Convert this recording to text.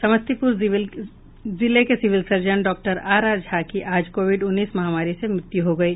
समस्तीपुर जिले के civil surgeon doctor R R Jha की आज कोविड उन्नीस महामारी से मृत्यु हो गयी